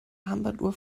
armbanduhr